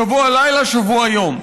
שבוע לילה, שבוע יום.